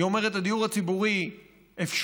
היא אומרת: הדיור הציבורי אפשרי,